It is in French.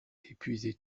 épuisé